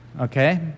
okay